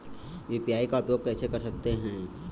UPI का उपयोग कैसे कर सकते हैं?